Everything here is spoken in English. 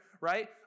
right